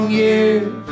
years